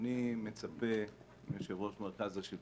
כי הוא מקבל רשות גירעונית,